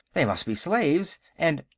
they must be slaves, and.